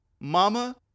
Mama